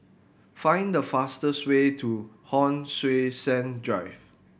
find the fastest way to Hon Sui Sen Drive